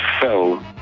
fell